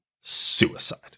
suicide